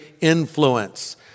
influence